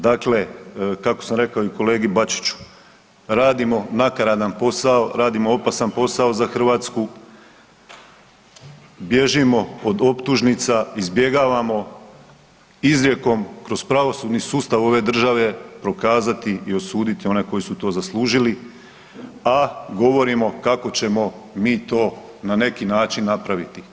Dakle, kako sam rekao i kolegi Bačiću, radimo nakaradan posao, radimo opasan posao za Hrvatsku, bježimo od optužnica, izbjegavamo izrijekom kroz pravosudni sustav ove države prokazati i osuditi one koji su to zaslužili, a govorimo kako ćemo mi to na neki način napraviti.